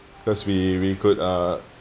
cause we we could uh